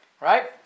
right